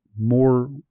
more